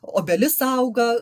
obelis auga